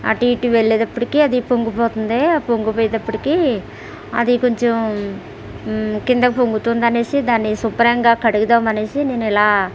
అటు ఇటు వెళ్లేటప్పటికీ అది పొంగిపోతుంది ఆ పొంగి పోయేటప్పటికీ అది కొంచెం కిందకి పొంగుతుంది అనేసి దాన్ని శుభ్రంగా కడుగుదాం అనేసి నేను ఇలా